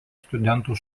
studentų